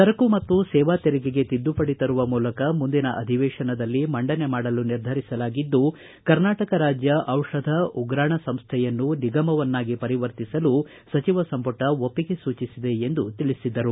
ಸರಕು ಮತ್ತು ಸೇವಾ ತೆರಿಗೆಗೆ ತಿದ್ದುಪಡಿ ತರುವ ಮೂಲಕ ಮುಂದಿನ ಅಧಿವೇಶನದಲ್ಲಿ ಮಂಡನೆ ಮಾಡಲು ನಿರ್ಧರಿಸಲಾಗಿದ್ದು ಕರ್ನಾಟಕ ರಾಜ್ಯ ಔಷಧ ಉಗ್ರಾಣ ಸಂಸ್ವೆಯನ್ನು ನಿಗಮವನ್ನಾಗಿ ಪರಿವರ್ತಿಸಲು ಸಚಿವ ಸಂಪುಟ ಒಪ್ಪಿಗೆ ಸೂಚಿಸಿದೆ ಎಂದು ತಿಳಿಸಿದರು